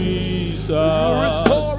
Jesus